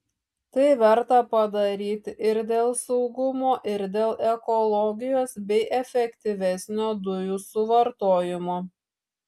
tai verta padaryti ir dėl saugumo ir dėl ekologijos bei efektyvesnio dujų suvartojimo